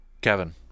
Kevin